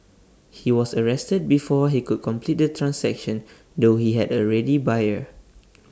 he was arrested before he could complete the transaction though he had A ready buyer